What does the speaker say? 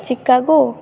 Chicago